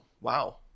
wow